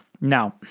Now